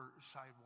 sidewalk